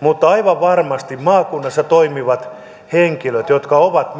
mutta aivan varmasti maakunnassa toimivat henkilöt jotka ovat